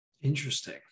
Interesting